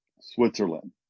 Switzerland